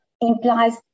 implies